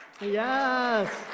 Yes